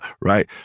Right